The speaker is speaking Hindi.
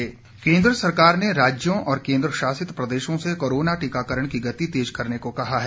टीकाकरण केन्द्र सरकार ने राज्यों और केन्द्र शासित प्रदेशों से कोरोना टीकाकरण की गति तेज करने को कहा है